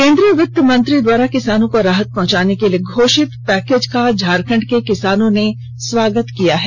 केंद्रीय वित्त मंत्री किसानों को राहत पहुंचाने के लिए घोषित किये गये पैकेज का झारखंड के किसानों ने स्वागत किया है